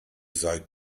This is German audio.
seid